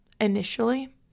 initially